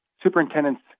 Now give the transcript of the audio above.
Superintendents